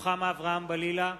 רוחמה אברהם-בלילא,